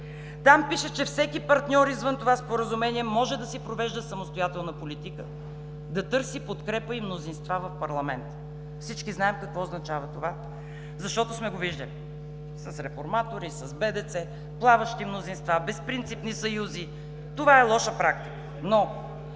Там пише, че всеки партньор, извън това споразумение, може да си провежда самостоятелна политика, да търси подкрепа и мнозинства в парламента. Всички знаем какво означава това, защото сме го виждали – с реформатори, с БДЦ, плаващи мнозинства, безпринципни съюзи. (Шум и реплики от